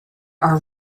are